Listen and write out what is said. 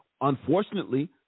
unfortunately